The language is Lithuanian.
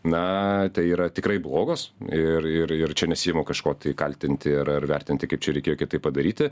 na tai yra tikrai blogos ir ir ir čia nesiimu kažko kaltinti ir ar vertinti kaip čia reikėjo kitaip padaryti